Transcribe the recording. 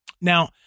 Now